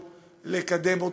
לקדם.